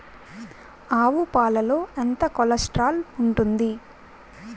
ఆవు పాలలో ఎంత కొలెస్ట్రాల్ ఉంటుంది?